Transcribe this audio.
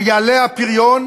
ויעלה הפריון,